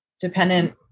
dependent